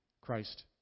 Christ